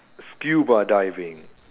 scuba diving